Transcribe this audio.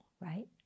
right